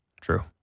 True